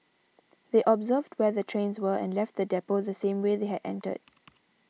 they observed where the trains were and left the depot the same way they had entered